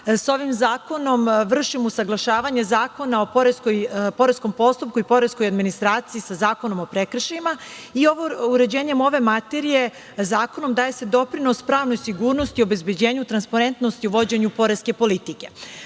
Sa ovim zakonom vršimo usaglašavanje Zakona o poreskom postupku i poreskoj administraciji sa Zakonom o prekršajima, i uređenjem ove materije zakonom daje se doprinos pravnoj sigurnosti, obezbeđenju transparentnosti u vođenju poreske politike. Porezi